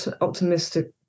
optimistic